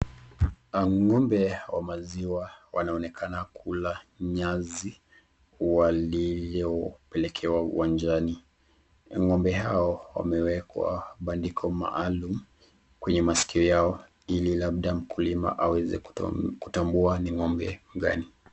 Ng'ombe wa maziwa wanaonekana kula nyasi waliopelekewa uwanjani, ng'ombe hao wamewekwa bandiko maalum kwenye masikio yao ili labda mkulima aweze kutambua ni ng'ombe gani.